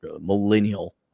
millennial